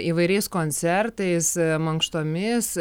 įvairiais koncertais mankštomis